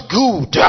good